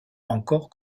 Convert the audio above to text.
encore